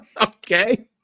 Okay